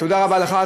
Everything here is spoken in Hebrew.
תודה רבה לך,